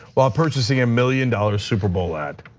while purchasing a million dollar superbowl ad.